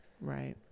right